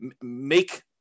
make